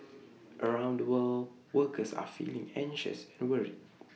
around the world workers are feeling anxious and worried